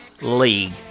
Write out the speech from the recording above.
League